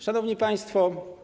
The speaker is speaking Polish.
Szanowni Państwo!